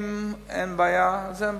אם אין בעיה, אז אין בעיה,